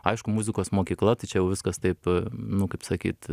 aišku muzikos mokykla tai čia jau viskas taip nu kaip sakyt